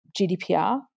GDPR